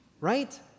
right